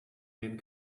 men